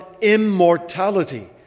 immortality